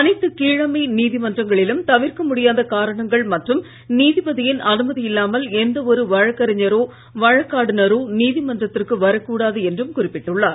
அனைத்து கீழமை நீதிமன்றங்களிலும் தவிர்க்க முடியாத காரணங்கள் மற்றும் நீதிபதியின் அனுமதி இல்லாமல் எந்த ஒரு வழக்கறிஞரோ வழக்காடுனரோ நீதிமன்றத்திற்கு வரக்கூடாது என்றும் குறிப்பிட்டுள்ளார்